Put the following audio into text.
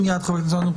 תת-ניצב תלם,